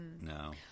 No